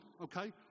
Okay